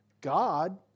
God